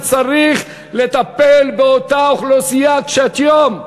אני מרחם עליו שהוא צריך לטפל באותה אוכלוסייה קשת יום.